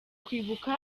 kwibuka